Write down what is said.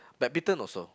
badminton also